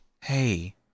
Hey